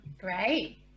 Great